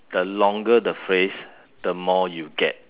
the longer the phrase the more you get